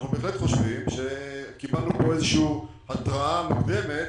אנחנו בהחלט חושבים שקיבלנו פה התרעה מוקדמת